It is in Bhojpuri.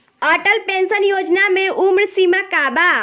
अटल पेंशन योजना मे उम्र सीमा का बा?